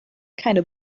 keine